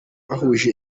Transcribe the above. bahuje